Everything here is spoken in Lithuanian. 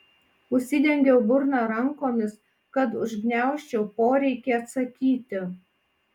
užsidengiau burną rankomis kad užgniaužčiau poreikį atsakyti